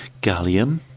Gallium